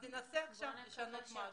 אז ננסה עכשיו לשנות משהו.